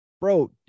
Bro